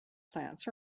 plants